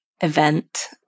event